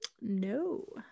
No